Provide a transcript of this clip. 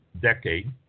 decade